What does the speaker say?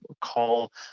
call